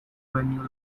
venue